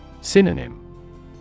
Synonym